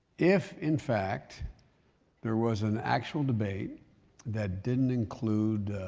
if in fact there was an actual debate that didn't include